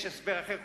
יש הסבר אחר,